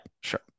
sure